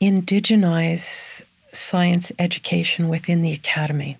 indigenize science education within the academy.